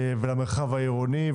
למרחב העירוני,